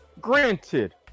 granted